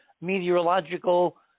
meteorological